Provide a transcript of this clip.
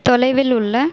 தொலைவில் உள்ள